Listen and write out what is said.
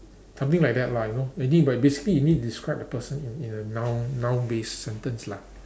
something like that lah you know maybe but basically you need to describe the person in in a noun noun based sentence lah